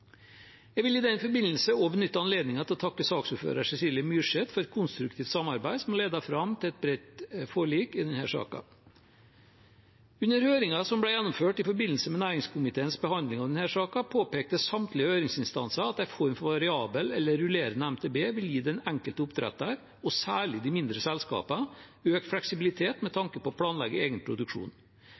Jeg vil i den forbindelse også benytte anledningen til å takke saksordfører Cecilie Myrseth for et konstruktiv samarbeid som ledet fram til et bredt forlik i denne saken. Under høringen som ble gjennomført i forbindelse med næringskomiteens behandling av denne saken, påpekte samtlige høringsinstanser at en form for variabel eller rullerende MTB vil gi den enkelte oppdretter, og særlig de mindre selskapene, økt fleksibilitet med tanke på å planlegge egen produksjon.